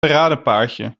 paradepaardje